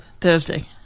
Thursday